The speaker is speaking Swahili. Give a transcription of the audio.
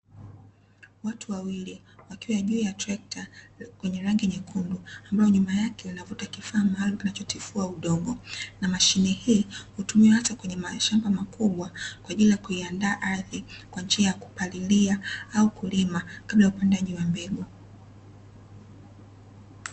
Watu wawili wakiwa juu ya trekta lenye rangi nyekundu ambalo nyuma yake linavuta kifaa kinachotifua udongo, na mashiine hii huumiwa hasa kwenye mashamba makubwa kwa ajili ya kuiandaa ardhi, kwa ajili ya kupalilia au kulima kabla ya upandaji wa mbegu.